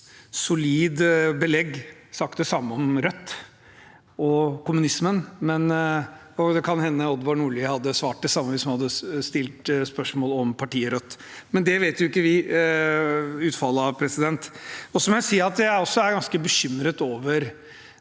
solid belegg, sagt det samme om Rødt og kommunismen, og det kan hende Odvar Nordli hadde svart det samme hvis man hadde stilt spørsmål om partiet Rødt. Det vet vi jo ikke utfallet av. Så må jeg si at jeg også er ganske bekymret over